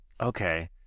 Okay